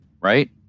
right